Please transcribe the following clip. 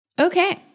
Okay